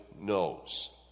knows